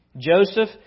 Joseph